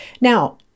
Now